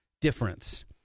difference